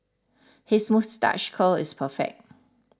his moustache curl is perfect